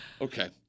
Okay